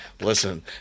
Listen